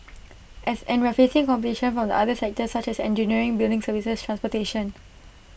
as and we're facing competition from the other sectors such as engineering building services transportation